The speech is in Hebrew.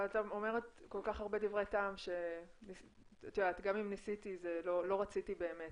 אבל את אומרת כל כך הרבה דברי טעם שגם אם ניסיתי לא רציתי באמת,